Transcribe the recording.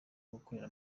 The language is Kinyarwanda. gukorera